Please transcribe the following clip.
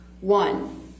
one